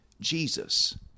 Jesus